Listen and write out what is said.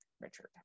Richard